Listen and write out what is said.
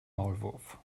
maulwurf